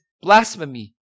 blasphemy